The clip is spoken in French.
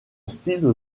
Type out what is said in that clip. style